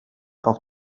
auf